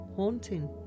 Haunting